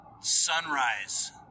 sunrise